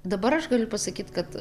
dabar aš galiu pasakyt kad